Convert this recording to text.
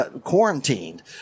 quarantined